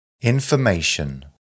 Information